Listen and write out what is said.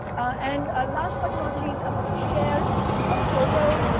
and last but not least, i want to share a photo,